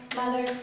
mother